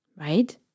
right